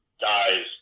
guys